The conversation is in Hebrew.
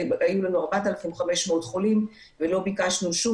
היו לנו 4,500 חולים ולא ביקשנו שום